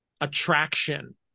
attraction